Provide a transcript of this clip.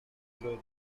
núcleo